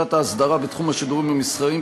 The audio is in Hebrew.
שיטת האסדרה בתחום השידורים המסחריים,